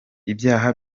ibyaha